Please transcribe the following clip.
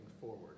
forward